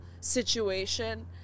situation